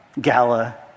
Gala